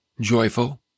joyful